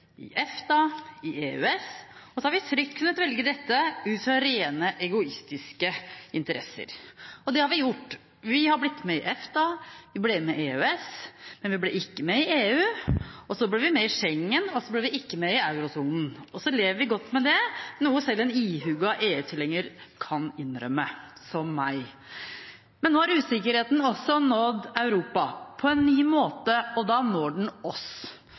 i EFTA, i EØS, og vi har fritt kunnet velge dette ut fra rent egoistiske interesser. Og det har vi gjort. Vi har blitt med i EFTA, vi ble med i EØS, men vi ble ikke med i EU, vi ble med i Schengen, men vi ble ikke med i eurosonen, og så lever vi godt med det, noe selv en ihuga EU-tilhenger som meg kan innrømme. Nå har usikkerheten nådd Europa på en ny måte, og da når den også oss.